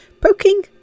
Poking